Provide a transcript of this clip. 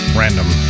random